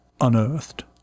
unearthed